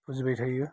फुजिबाय थायो